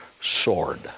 sword